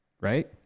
Right